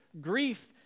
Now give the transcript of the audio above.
grief